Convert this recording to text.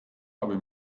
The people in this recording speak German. habe